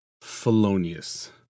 felonious